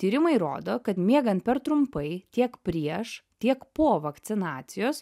tyrimai rodo kad miegant per trumpai tiek prieš tiek po vakcinacijos